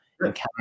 encounter